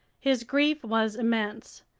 his grief was immense.